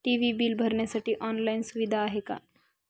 TV bill भरण्यासाठी online सुविधा आहे का?